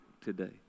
today